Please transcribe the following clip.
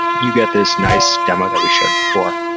you get this nice demo that we showed before.